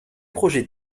projets